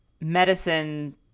medicine